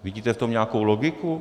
Vidíte v tom nějakou logiku?